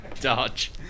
dodge